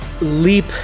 leap